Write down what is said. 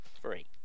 Three